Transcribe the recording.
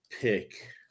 pick